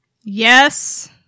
Yes